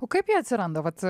o kaip jie atsiranda vat